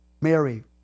Mary